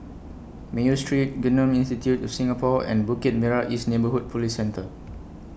Mayo Street Genome Institute of Singapore and Bukit Merah East Neighbourhood Police Centre